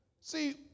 see